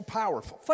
powerful